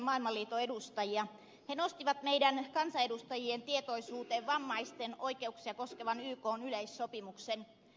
he nostivat meidän kansanedustajien tietoisuuteen vammaisten oikeuksia koskevan ykn yleissopimuksen